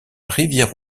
rivière